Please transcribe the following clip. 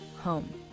home